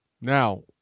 Now